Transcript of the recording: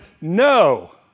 no